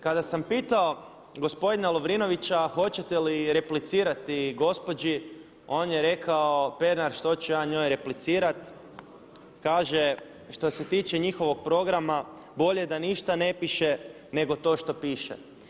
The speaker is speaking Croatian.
Kada sam pitao gospodina Lovrinovića hoćete li replicirati gospođi on je rekao Pernar što ću ja njoj replicirati, kaže što se tiče njihovog programa bolje da ništa ne piše nego to što piše.